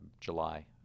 July